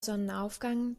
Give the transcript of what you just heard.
sonnenaufgang